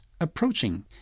approaching